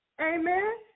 Amen